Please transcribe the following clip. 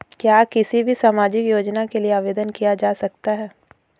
क्या किसी भी सामाजिक योजना के लिए आवेदन किया जा सकता है?